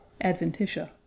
adventitia